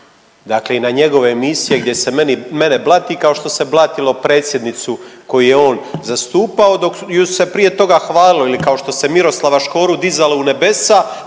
Dakle i na njegove emisije gdje se mene blati kao što se blatilo predsjednicu koju je on zastupao dok ju se prije toga hvalilo ili kao što se Miroslava Škoru dizalo u nebesa